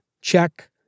Check